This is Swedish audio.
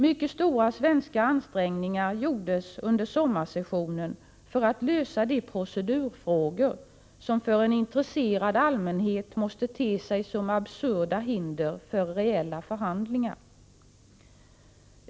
Mycket stora svenska ansträngningar gjordes under sommarsessionen för att lösa de procedurfrågor som för en intresserad allmänhet måste te sig som absurda hinder för reella förhandlingar.